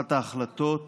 אחת ההחלטות